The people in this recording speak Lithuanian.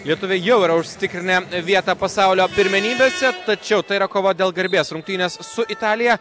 lietuviai jau yra užsitikrinę vietą pasaulio pirmenybėse tačiau tai yra kova dėl garbės rungtynės su italija